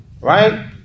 Right